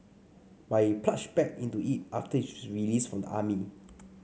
but he plunged back into it after his release from the army